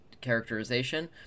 characterization